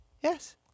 Yes